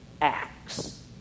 acts